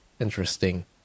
interesting